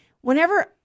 whenever